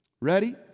Ready